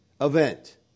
event